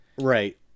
right